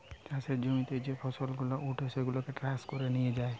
চাষের জমিতে যে ফসল গুলা উঠে সেগুলাকে ট্রাকে করে নিয়ে যায়